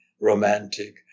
romantic